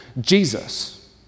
Jesus